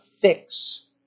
fix